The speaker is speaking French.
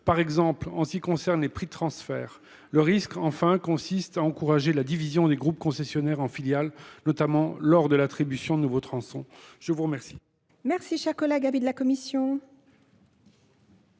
Par exemple, en ce qui concerne les prix de transfert, le risque consiste à encourager la division des groupes concessionnaires en filiales, notamment lors de l’attribution de nouveaux tronçons autoroutiers.